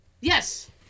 Yes